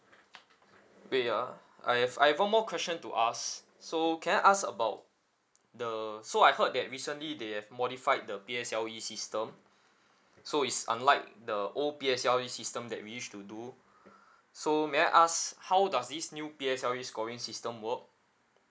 wait ya I have I have one more question to ask so can I ask about the so I heard that recently they have modified the P_S_L_E system so is unlike the old P_S_L_E system that we used to do so may I ask how does this new P_S_L_E scoring system work